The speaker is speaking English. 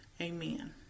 amen